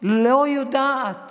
לא יודעת